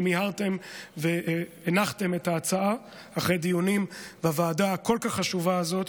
שמיהרתם והנחתם את ההצעה אחרי דיונים בוועדה החשובה כל כך הזאת,